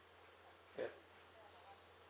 ya